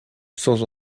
sans